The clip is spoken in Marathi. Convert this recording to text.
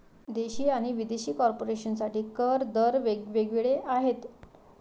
देशी आणि विदेशी कॉर्पोरेशन साठी कर दर वेग वेगळे आहेत